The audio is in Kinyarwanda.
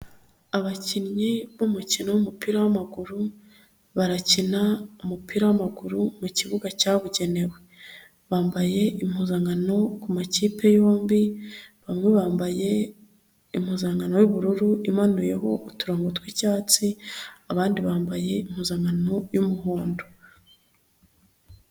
Abakinnyi b'umukino w'umupira w'amaguru barakina umupira w'amaguru mu kibuga cyabugenewe. Bambaye impuzankano ku makipe yombi bamwe bambaye impuzankano y'ubururu imanuyeho uturongogo tw'icyatsi, abandi bambaye impuzankano y'umuhondo.